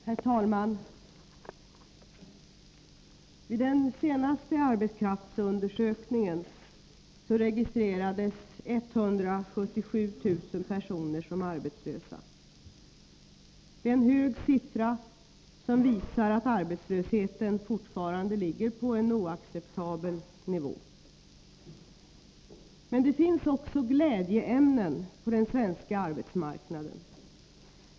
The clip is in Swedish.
Herr talman! Vid den senaste arbetskraftsundersökningen registrerades 177 000 personer som arbetslösa. Det är en hög siffra, som visar att arbetslösheten fortfarande ligger på en oacceptabel nivå. Men det finns också glädjeämnen på den svenska arbetsmarknaden.